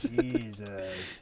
Jesus